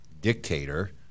dictator –